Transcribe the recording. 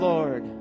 Lord